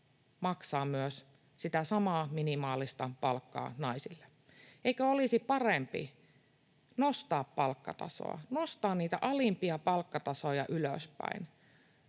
maksaa myös sitä samaa minimaalista palkkaa naisille? Eikö olisi parempi nostaa palkkatasoa, nostaa niitä alimpia palkkatasoja ylöspäin?